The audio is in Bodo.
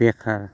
बेखार